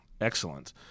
Excellent